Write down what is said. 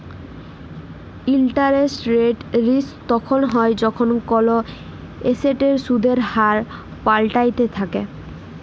interest rate risk তখল হ্যয় যখল কল এসেটের সুদের হার পাল্টাইতে থ্যাকে